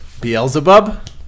Beelzebub